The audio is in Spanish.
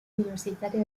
universitario